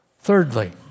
Thirdly